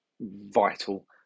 vital